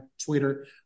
Twitter